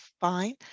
fine